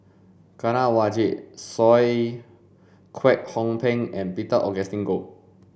Kanwaljit Soin Kwek Hong Png and Peter Augustine Goh